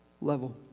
level